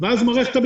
אחרת.